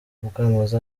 mukamuhoza